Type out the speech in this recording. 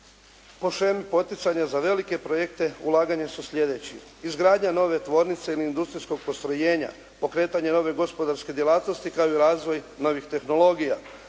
po shemi poticanja za velike projekte ulaganja su sljedeći. Izgradnja nove tvornice, industrijskog postrojenja, pokretanje nove gospodarske djelatnosti kao i razvoj novih tehnologija,